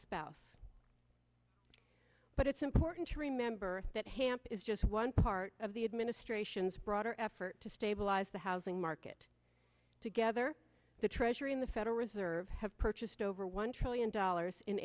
spouse but it's important to remember that hamp is just one part of the administration's broader effort to stabilize the housing market together the treasury and the federal reserve have purchased over one trillion dollars in